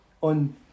on